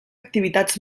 activitats